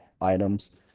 items